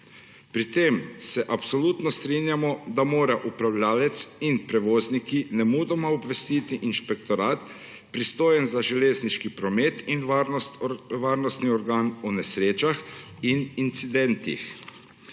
Pri tem se absolutno strinjamo, da morajo upravljavec in prevozniki nemudoma obvestiti inšpektorat, pristojen za železniški promet, in varnostni organ o nesrečah in incidentih.